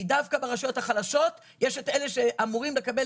כי דווקא ברשויות החלשות יש את אלה שאמורים לקבל